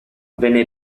venne